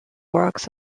works